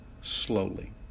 slowly